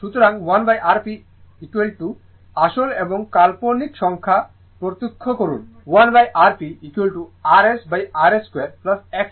সুতরাং 1Rp আসল এবং কাল্পনিক অংশ পৃথক করুন 1Rprsrs 2 XS 2 এটি